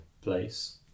place